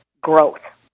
growth